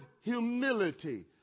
humility